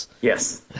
Yes